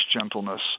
gentleness